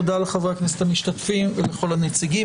תודה לחברי הכנסת המשתתפים ולכל הנציגים.